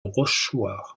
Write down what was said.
rochechouart